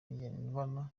ngendanwa